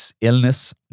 illness